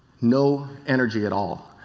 no energy at all.